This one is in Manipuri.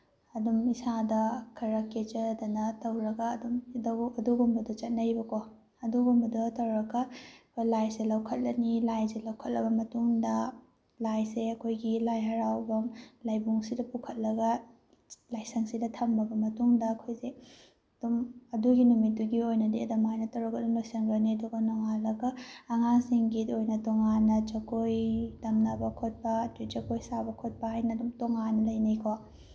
ꯑꯗꯨꯝ ꯏꯁꯥꯗ ꯈꯔ ꯀꯦꯖꯗꯅ ꯇꯧꯔꯒ ꯑꯗꯨꯝ ꯑꯗꯨꯒꯨꯝꯕꯗꯣ ꯆꯠꯅꯩꯑꯕꯀꯣ ꯑꯗꯨꯒꯨꯝꯕꯗꯣ ꯇꯧꯔꯒ ꯂꯥꯏꯁꯦ ꯂꯧꯈꯠꯂꯅꯤ ꯂꯥꯏꯁꯦ ꯂꯧꯈꯠꯂꯕ ꯃꯇꯨꯡꯗ ꯂꯥꯏꯁꯦ ꯑꯩꯈꯣꯏꯒꯤ ꯂꯥꯏ ꯍꯔꯥꯎꯐꯝ ꯂꯥꯏꯕꯨꯡꯁꯤꯗ ꯄꯨꯈꯠꯂꯒ ꯂꯥꯏꯁꯪꯁꯤꯗ ꯊꯝꯃꯕ ꯃꯇꯨꯡꯗ ꯑꯩꯈꯣꯏꯁꯦ ꯑꯗꯨꯝ ꯑꯗꯨꯒꯤ ꯅꯨꯃꯤꯠꯇꯨꯒꯤ ꯑꯣꯏꯅꯗꯤ ꯑꯗꯨꯃꯥꯏꯅꯒ ꯇꯧꯔꯒ ꯑꯗꯨꯝ ꯂꯣꯏꯁꯤꯟꯈ꯭ꯔꯅꯤ ꯑꯗꯨꯒ ꯅꯣꯉꯥꯜꯂꯒ ꯑꯉꯥꯡꯁꯤꯡꯒꯤꯇ ꯑꯣꯏꯅ ꯇꯣꯉꯥꯟꯅ ꯖꯒꯣꯏ ꯇꯝꯅꯕ ꯈꯣꯠꯄ ꯑꯗꯒꯤ ꯖꯒꯣꯏ ꯁꯥꯕ ꯈꯣꯠꯄ ꯍꯥꯏꯅ ꯑꯗꯨꯝ ꯇꯣꯉꯥꯟ ꯂꯩꯅꯩꯀꯣ